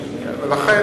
ולכן,